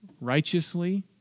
righteously